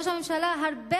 ראש הממשלה חכם בהרבה